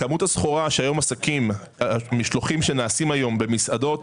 כמות הסחורה במשלוחים שיש היום במסעדות,